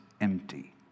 empty